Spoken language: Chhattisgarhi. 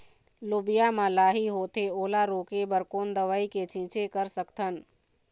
लोबिया मा लाही होथे ओला रोके बर कोन दवई के छीचें कर सकथन?